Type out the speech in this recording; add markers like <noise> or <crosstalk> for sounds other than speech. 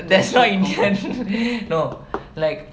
that's why indian <laughs> no like